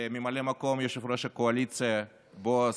לממלא מקום יושב-ראש הקואליציה בועז,